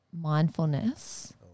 mindfulness